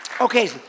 Okay